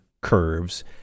curves